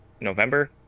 November